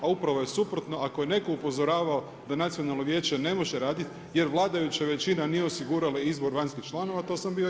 A upravo je suprotno, ako je netko upozoravao da nacionalno vijeće ne može raditi jer vladajuća većina nije osigurala izbor vanjskih članova to sam bio ja.